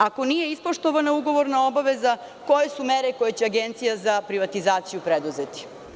Ako nije ispoštovana ugovorna obaveza, koje su mere koje će Agencija za privatizaciju preduzeti?